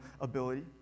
ability